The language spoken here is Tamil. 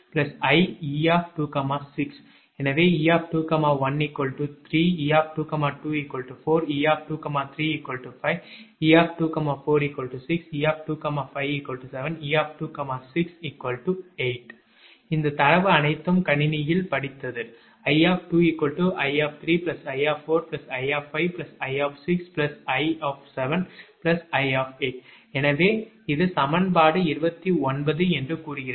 எனவே 𝑒 21 3 𝑒 22 4 𝑒 23 5 𝑒 24 6 𝑒 25 7 𝑒 6 8 இந்த தரவு அனைத்தும் கணினியில் படித்தது 𝐼 𝑖 𝑖 𝑖 𝑖 𝑖 𝑖 எனவே இது சமன்பாடு 29 என்று கூறுகிறது